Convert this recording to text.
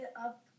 up